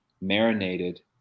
marinated